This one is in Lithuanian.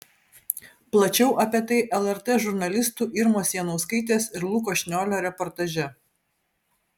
plačiau apie tai lrt žurnalistų irmos janauskaitės ir luko šniolio reportaže